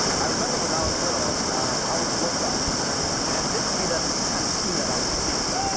i remember when i was little i would just look up and this would be the some kind of scene that i would see.